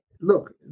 look